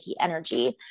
energy